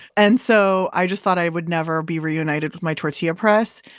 and so i just thought i would never be reunited with my tortilla press.